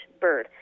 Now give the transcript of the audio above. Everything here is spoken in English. bird